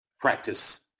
practice